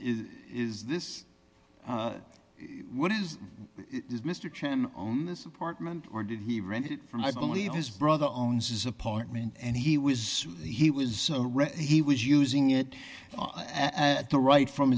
is this what is it is mr chen on this apartment or did he rent it from i believe his brother owns his apartment and he was he was he was using it at the right from